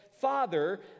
father